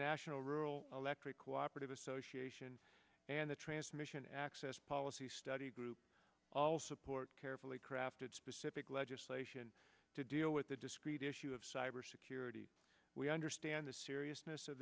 national rural electric cooperative association and the transmission access policy study group all support carefully crafted specific legislation to deal with the discrete issue of cybersecurity we understand the seriousness of